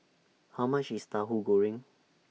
How much IS Tahu Goreng